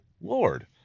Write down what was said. Lord